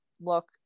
look